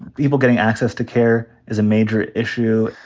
people getting access to care is a major issue.